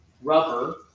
rubber